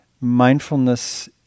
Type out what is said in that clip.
mindfulness